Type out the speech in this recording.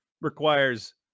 requires